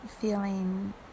feeling